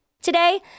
Today